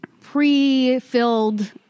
pre-filled